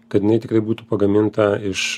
kad jinai tikrai būtų pagaminta iš